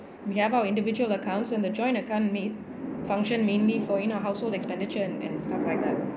we have our individual accounts and the joint account may function mainly for you know household expenditure and and stuff like that